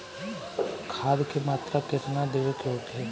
खाध के मात्रा केतना देवे के होखे?